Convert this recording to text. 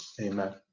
Amen